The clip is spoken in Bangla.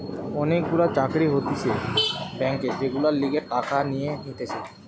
অনেক গুলা চাকরি হতিছে ব্যাংকে যেগুলার লিগে টাকা নিয়ে নিতেছে